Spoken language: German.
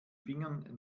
fingern